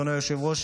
אדוני היושב-ראש,